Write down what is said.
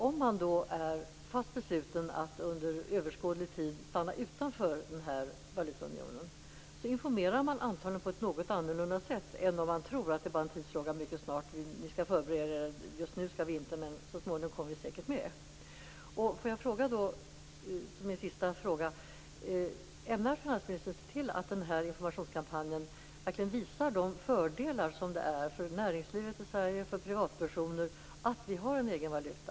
Om man då är fast besluten att vi under överskådlig tid skall stanna utanför den här valutaunionen informerar man antagligen på ett något annorlunda sätt än om man tror att det bara är en tidsfråga och säger: Just nu skall vi inte gå med, men så småningom kommer vi säkert att göra det. Då vill jag ställa min sista fråga: Ämnar finansministern se till att den här informationskampanjen verkligen visar de fördelar som det innebär för näringslivet i Sverige och för privatpersoner att ha en egen valuta?